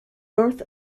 north